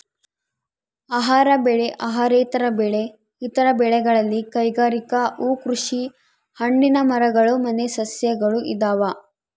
ಆಹಾರ ಬೆಳೆ ಅಹಾರೇತರ ಬೆಳೆ ಇತರ ಬೆಳೆಗಳಲ್ಲಿ ಕೈಗಾರಿಕೆ ಹೂಕೃಷಿ ಹಣ್ಣಿನ ಮರಗಳು ಮನೆ ಸಸ್ಯಗಳು ಇದಾವ